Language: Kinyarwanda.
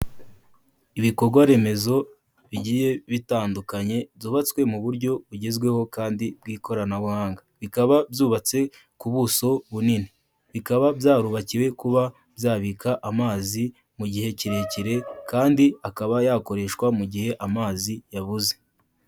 Ibikorwaremezo bigiye bitandukanye byubatswe mu buryo bugezweho kandi bw'ikoranabuhanga, bikaba byutse ku buso bunini, bikaba byarubakiwe kuba byabika amazi mu gihe kirekire kandi akaba yakoreshwa mu gihe amazi yabuze.